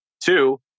two